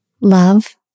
love